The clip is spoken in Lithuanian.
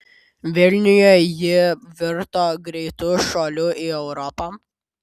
vilniuje ji virto greitu šuoliu į europą